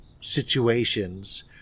situations